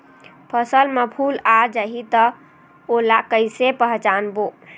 फसल म फूल आ जाही त ओला कइसे पहचानबो?